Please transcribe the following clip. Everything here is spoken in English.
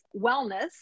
wellness